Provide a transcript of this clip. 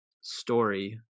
story